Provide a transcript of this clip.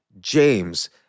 James